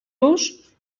los